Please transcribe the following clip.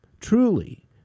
truly